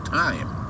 time